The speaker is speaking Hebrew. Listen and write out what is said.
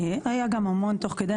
היה גם המון תוך כדי.